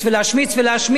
להשמיץ ולהשמיץ,